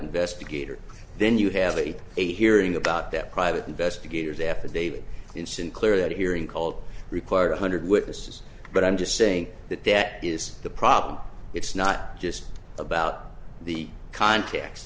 investigator then you have a a hearing about that private investigators affidavit in sinclair that hearing called required one hundred witnesses but i'm just saying that that is the problem it's not just about the contacts